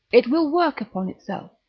it will work upon itself,